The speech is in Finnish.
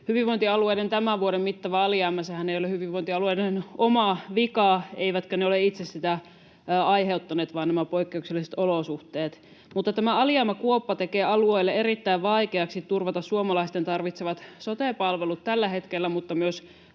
Hyvinvointialueiden tämän vuoden mittava alijäämä — sehän ei ole hyvinvointialueiden oma vika, eivätkä ne ole itse sitä aiheuttaneet, vaan nämä poikkeukselliset olosuhteet. Mutta tämä alijäämäkuoppa tekee alueelle erittäin vaikeaksi turvata suomalaisten tarvitsemat sote-palvelut tällä hetkellä, mutta myös tulevina